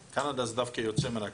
קנדה זה דווקא היוצא מן הכלל.